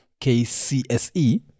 KCSE